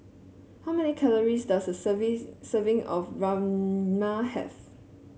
how many calories does a serves serving of Rajma have